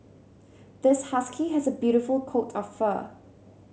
this husky has a beautiful coat of fur